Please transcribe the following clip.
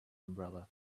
umbrella